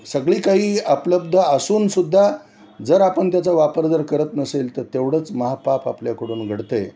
सगळी काही उपलब्ध असून सुद्धा जर आपण त्याचा वापर जर करत नसेल तर तेवढंच महापाप आपल्याकडून घडत आहे